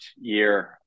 year